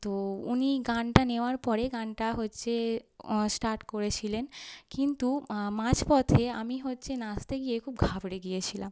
তো উনি গানটা নেওয়ার পরে গানটা হচ্ছে স্টার্ট করেছিলেন কিন্তু মাঝপথে আমি হচ্ছে নাচতে গিয়ে খুব ঘাবড়ে গিয়েছিলাম